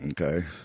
Okay